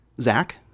Zach